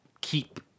keep